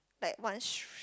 like one sh~